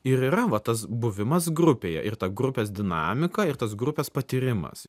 ir yra va tas buvimas grupėje ir tą grupės dinamika ir tas grupes patyrimas